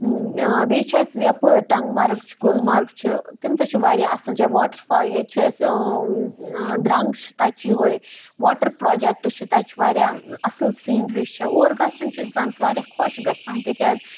بیٚیہِ چھِ اَسہِ یَپٲرۍ ٹنٛگ مرٕگ چھُ گُلمرٕگ چھِ تِم تہِ چھِ واریاہ اَصٕل جایے واٹَر فال ییٚتہِ چھِ اَسہِ درٛنٛگ چھِ تَتہِ چھُ یِہوے واٹَر پروجَکٹ چھِ تَتہِ چھِ واریاہ اَصٕل سیٖنری چھِ اور گَژھُن چھُ اِنسانَس واریاہ خۄش گَژھان تِکیازِ